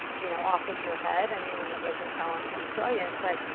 you know, off with your head, anyone that doesn't tell him he's brilliant. but,